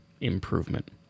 improvement